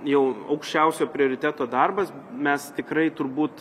jau aukščiausio prioriteto darbas mes tikrai turbūt